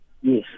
Yes